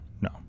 no